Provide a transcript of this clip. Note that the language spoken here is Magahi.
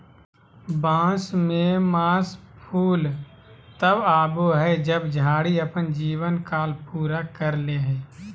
बांस में मास फूल तब आबो हइ जब झाड़ी अपन जीवन काल पूरा कर ले हइ